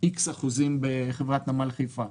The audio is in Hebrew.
X אחוזים בחברת נמל חיפה.